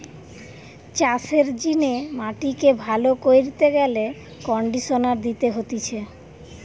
চাষের জিনে মাটিকে ভালো কইরতে গেলে কন্ডিশনার দিতে হতিছে